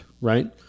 right